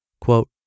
Quote